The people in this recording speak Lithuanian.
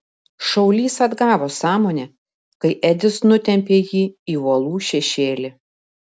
šaulys atgavo sąmonę kai edis nutempė jį į uolų šešėlį